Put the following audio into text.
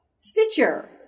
Stitcher